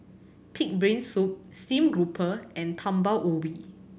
Pig's Brain Soup steamed grouper and Talam Ubi